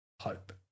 hope